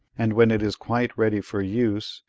and when it is quite ready for use,